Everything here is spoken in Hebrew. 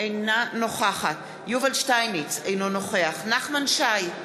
אינה נוכחת יובל שטייניץ, אינו נוכח נחמן שי,